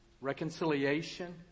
reconciliation